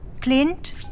Clint